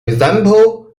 example